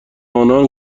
انان